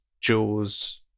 Jaws